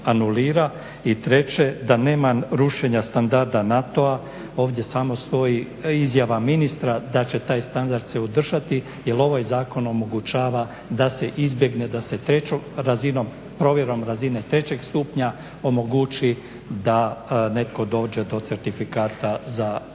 I treće, da nema rušenja standarda NATO-a, ovdje samo stoji izjava ministra da će taj standard se održati jer ovaj zakon omogućava da se izbjegne da se provjerom razine trećeg stupnja omogući da netko dođe to certifikata za prvu